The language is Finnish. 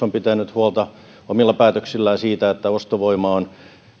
on pitänyt huolta omilla päätöksillään siitä että ostovoima on